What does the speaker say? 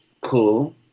Cool